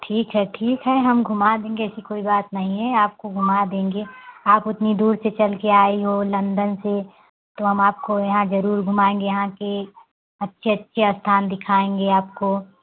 ठीक है ठीक है हम घुमा देंगे ऐसी बात कोई बात नहीं है आपको घुमा देंगे आप उतनी दूर से चल के आई हो लन्दन से तो हम आपको ज़रूर घुमाएँगे यहाँ के अच्छे अच्छे स्थान दिखाएँगे आपको